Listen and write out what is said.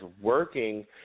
working